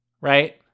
Right